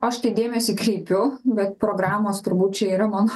aš tai dėmesį kreipiu bet programos turbūt čia yra mano